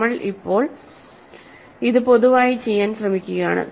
നമ്മൾ ഇപ്പോൾ ഇത് പൊതുവായി ചെയ്യാൻ ശ്രമിക്കുകയാണ്